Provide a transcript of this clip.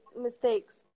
mistakes